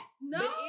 No